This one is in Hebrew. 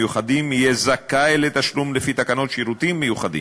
מיוחדים יהיה זכאי לתשלום לפי תקנות שירותים מיוחדים,